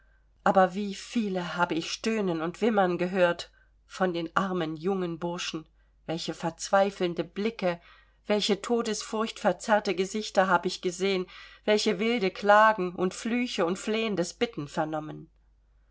aber wie viele habe ich stöhnen und wimmern gehört von den armen jungen burschen welche verzweifelnde blicke welch todesfurcht verzerrte gesichter hab ich gesehen welche wilde klagen und flüche und flehendes bitten vernommen